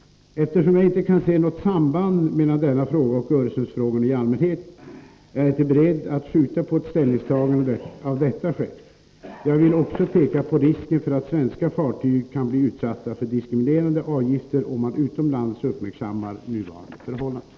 Eftersom jag inte kan se något samband mellan denna fråga och Öresundsfrågorna i allmänhet är jag inte beredd att skjuta på ett ställningstagande av detta skäl. Jag vill också peka på risken för att svenska fartyg kan bli utsatta för diskriminerande avgifter om man utomlands uppmärksammar nuvarande förhållanden.